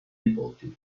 nipoti